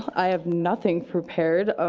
i have nothing prepared,